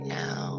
now